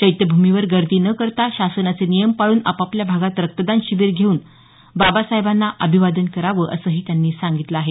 चैत्यभूमी वर गर्दी न करता शासनाचे नियम पाळून आपापल्या भागात रक्तदान शिबिर घेऊन बाबासाहेबांना अभिवादन करावं असंही त्यांनी सांगितलं आहे